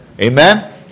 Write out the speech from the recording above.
Amen